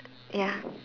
ya